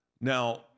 Now